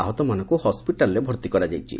ଆହତମାନଙ୍କୁ ହସ୍ୱିଟାଲରେ ଭର୍ତ୍ତି କରାଯାଇଛି